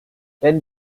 denn